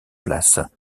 place